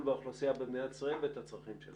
באוכלוסייה במדינת ישראל ואת הצרכים שלה.